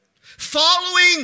following